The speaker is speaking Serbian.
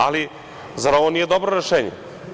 Ali, zar ovo nije dobro rešenje?